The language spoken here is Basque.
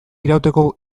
irauteko